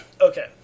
Okay